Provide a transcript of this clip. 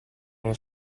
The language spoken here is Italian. uno